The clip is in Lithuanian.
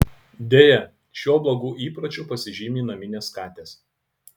deja šiuo blogu įpročiu pasižymi naminės katės